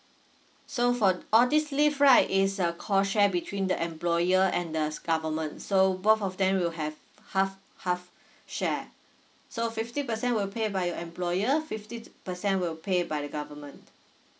so for all this leave right is a co share between the employer and the government so both of them will have half half share so fifty percent will pay by your employer fifty percent will pay by the government